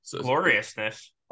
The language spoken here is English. gloriousness